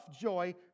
joy